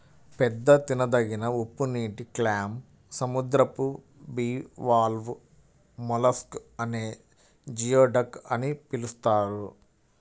పెద్ద తినదగిన ఉప్పునీటి క్లామ్, సముద్రపు బివాల్వ్ మొలస్క్ నే జియోడక్ అని పిలుస్తారు